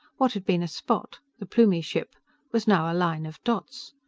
what had been a spot the plumie ship was now a line of dots.